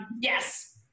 yes